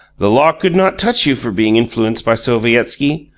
the law could not touch you for being influenced by sovietski,